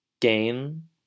Gain